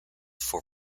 for